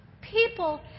People